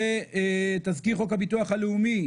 תזכיר חוק הביטוח הלאומי,